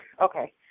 okay